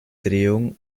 drehung